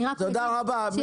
אני רק אגיד שיש תיאטרון ברהט.